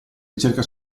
ricerca